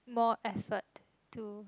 more effort to